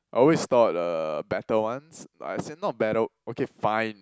I always thought uh better ones but as in not better okay fine